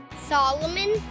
Solomon